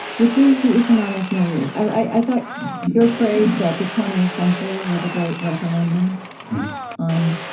which is the economic milieu. i thought your phrase that the twentieth century was a great referendum on,